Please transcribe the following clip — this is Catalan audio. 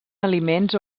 aliments